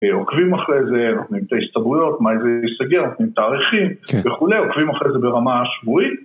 עוקבים אחרי זה, נמצא הסתברויות, מה אם זה יסגר, עם תאריכים, כן, וכולי, עוקבים אחרי זה ברמה השבועית.